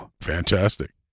Fantastic